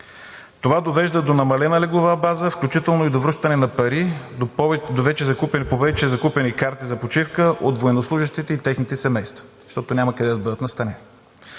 Това довежда до намалена леглова база, включително и до връщане на пари по вече закупени карти за почивка от военнослужещите и техните семейства, защото няма къде да бъдат настанени.